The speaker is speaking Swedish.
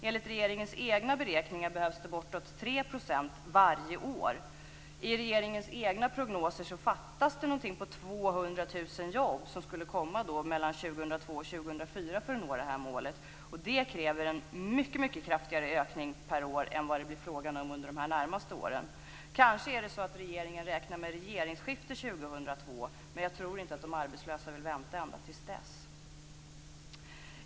Enligt regeringens egna beräkningar behövs det uppemot 3 % varje år. I regeringens egna prognoser fattas det ca 200 000 jobb, som skulle komma mellan åren 2002 och 2004 för att nå detta mål. Det kräver en mycket, mycket kraftigare ökning per år än vad det blir fråga om under de närmaste åren. Kanske är det så att regeringen räknar med regeringsskifte år 2002, men jag tror inte att de arbetslösa vill vänta ända till dess.